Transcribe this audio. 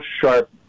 sharp